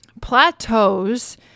Plateaus